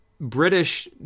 British